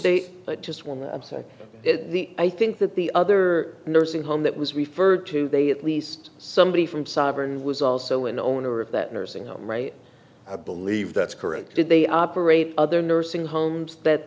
they just warm up so i think that the other nursing home that was referred to they at least somebody from sovern was also an owner of that nursing home right i believe that's correct did they operate other nursing homes but